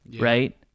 Right